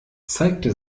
zeigte